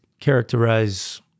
characterize